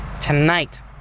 tonight